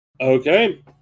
Okay